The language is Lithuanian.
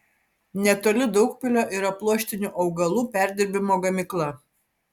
netoli daugpilio yra pluoštinių augalų perdirbimo gamykla